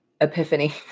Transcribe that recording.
epiphany